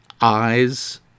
eyes